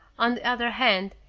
on the other hand,